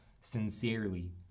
sincerely